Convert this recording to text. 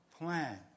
plan